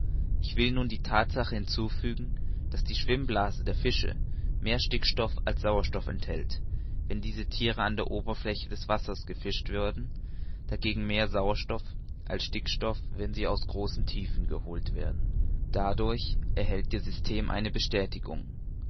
ich will nun die thatsache hinzufügen daß die schwimmblase der fische mehr stickstoff als sauerstoff enthält wenn diese thiere an der oberfläche der wasser gefischt wurden dagegen mehr sauerstoff als stickstoff wenn sie aus großen tiefen geholt werden dadurch erhält ihr system eine bestätigung